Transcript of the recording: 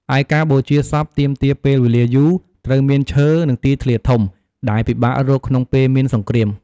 ឯការបូជាសពទាមទារពេលវេលាយូរ ត្រូវមានឈើ និងទីធ្លាធំ ដែលពិបាករកក្នុងពេលមានសង្គ្រាម។